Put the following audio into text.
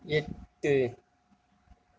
எட்டு